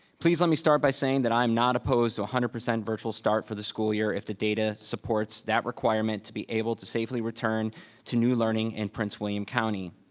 please let me start by saying that i'm not opposed to a one hundred percent virtual start for the school year if the data supports that requirement to be able to safely return to new learning in prince william county.